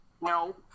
No